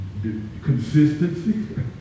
consistency